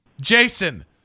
Jason